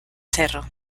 cerro